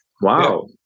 Wow